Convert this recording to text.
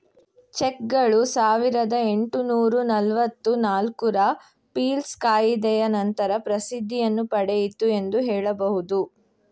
ಚೆಕ್ಗಳು ಸಾವಿರದ ಎಂಟುನೂರು ನಲವತ್ತು ನಾಲ್ಕು ರ ಪೀಲ್ಸ್ ಕಾಯಿದೆಯ ನಂತರ ಪ್ರಸಿದ್ಧಿಯನ್ನು ಪಡೆಯಿತು ಎಂದು ಹೇಳಬಹುದು